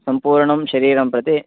सम्पूर्णं शरीरं प्रति